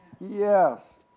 yes